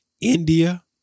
India